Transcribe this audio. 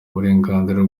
uburenganzira